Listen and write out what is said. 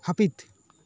ᱦᱟᱹᱯᱤᱫ